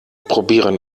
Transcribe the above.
probieren